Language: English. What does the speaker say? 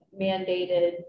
mandated